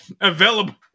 available